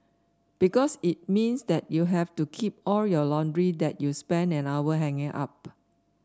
because it means that you have to keep all your laundry that you spent an hour hanging up